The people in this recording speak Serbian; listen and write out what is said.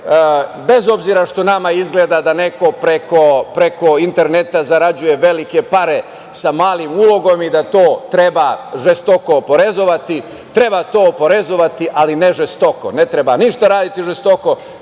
obzira što nama izgleda da neko preko interneta zarađuje velike pare sa malim ulogom i da to treba žestoko oporezovati, treba to oporezovati, ali ne žestoko. Ne treba ništa raditi žestoko,